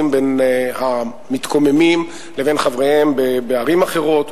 בין המתקוממים לבין חבריהם בערים אחרות,